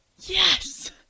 yes